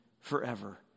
forever